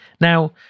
Now